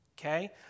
okay